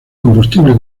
combustible